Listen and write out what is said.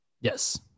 Yes